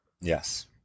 Yes